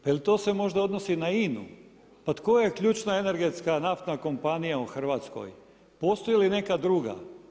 Pa jel to se možda odnosi na INA-u? pa tko je ključna energetska naftna kompanija u Hrvatskoj, postoji li neka druga?